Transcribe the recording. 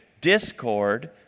discord